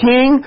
King